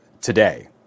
today